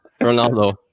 Ronaldo